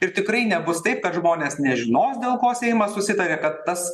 ir tikrai nebus taip kad žmonės nežinos dėl ko seimas susitarė kad tas